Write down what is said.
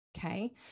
Okay